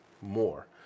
more